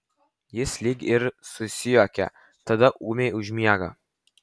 jis lyg ir susijuokia tada ūmiai užmiega